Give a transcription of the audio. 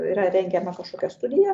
yra rengiama kažkokia studija